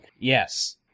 Yes